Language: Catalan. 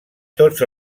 tots